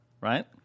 Right